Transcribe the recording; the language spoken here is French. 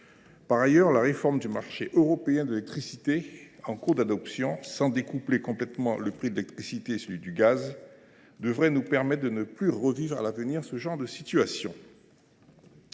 Par ailleurs, la réforme du marché européen de l’électricité, en cours d’adoption, sans découpler complètement les prix de l’électricité et du gaz, devrait nous permettre de ne plus revivre à l’avenir ce genre de situation.